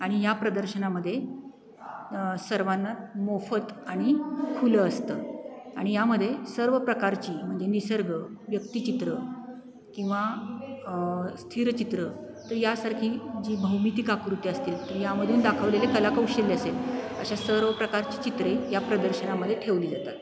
आणि या प्रदर्शनामध्ये सर्वांना मोफत आणि खुलं असतं आणि यामध्ये सर्व प्रकारची म्हणजे निसर्ग व्यक्तिचित्रं किंवा स्थिरचित्रं तर यासारखी जी भौमित्तीक आकृती असतील तर यामधून दाखवलेले कलाकौशल्य असेल अशा सर्व प्रकारचे चित्रे या प्रदर्शनामध्ये ठेवली जातात